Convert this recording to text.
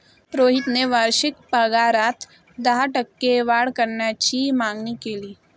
रोहितने वार्षिक पगारात दहा टक्के वाढ करण्याची मागणी केली